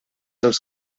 els